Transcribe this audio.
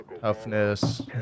Toughness